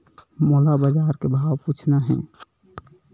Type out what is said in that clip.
मोला बजार के भाव पूछना हे?